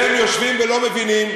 והם יושבים ולא מבינים.